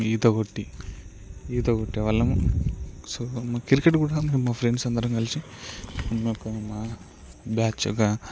ఈత కొట్టి ఈత కొట్టేవాళ్ళము సో మా క్రికెట్ కూడా మేము ఫ్రెండ్స్ అందరం కలిసి మాకు మా బ్యాచ్ ఒక